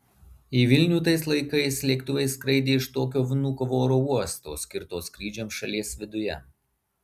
į vilnių tais laikais lėktuvai skraidė iš tokio vnukovo oro uosto skirto skrydžiams šalies viduje